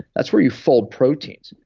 that's where you fold proteins.